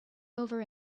over